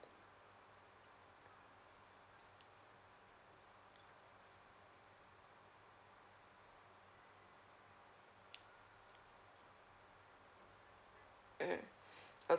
mm